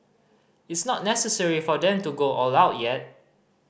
it's not necessary for them to go all out yet